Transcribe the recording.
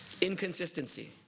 inconsistency